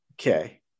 okay